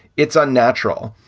it's unnatural.